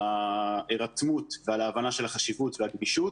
ההירתמות ועל ההבנה של החשיבות והגמישות.